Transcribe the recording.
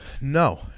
no